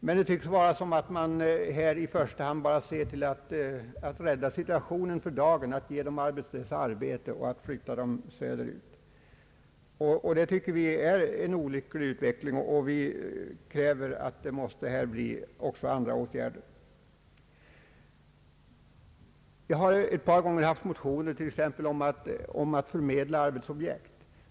Det tycks emellertid vara så att man i första hand ser till att rädda situationen för dagen, att ge de arbetslösa arbete och att flytta dem söderut. Det tycker vi är en olycklig utveckling, och vi kräver här också andra åtgärder. Jag har ett par gånger väckt motioner t.ex. om att förmedla arbetsobjekt.